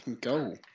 Go